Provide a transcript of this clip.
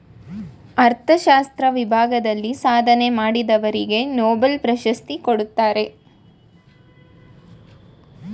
ಅರ್ಥಶಾಸ್ತ್ರ ವಿಭಾಗದಲ್ಲಿ ಸಾಧನೆ ಮಾಡಿದವರಿಗೆ ನೊಬೆಲ್ ಪ್ರಶಸ್ತಿ ಕೊಡ್ತಾರೆ